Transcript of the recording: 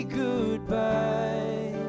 goodbye